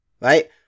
Right